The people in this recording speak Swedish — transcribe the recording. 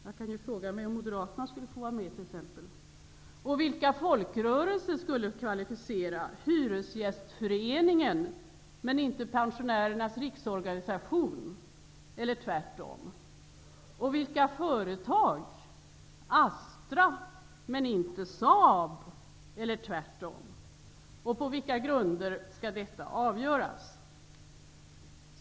Man kan ju fråga sig om t.ex. Moderaterna skulle få vara med. Vilka folkrörelser skulle vara kvalificerade? Hyresgäströrelsen, men inte Pensionärernas riksorganisation, eller tvärtom? Vilka företag skulle få vara med? Astra, men inte Saab, eller tvärtom? På vilka grunder skall detta avgöras?